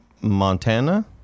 Montana